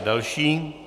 Další.